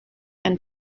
and